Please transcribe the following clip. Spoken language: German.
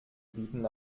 bieten